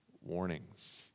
warnings